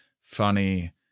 funny